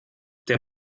der